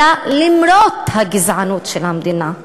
אלא למרות הגזענות של המדינה.